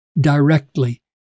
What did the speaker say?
directly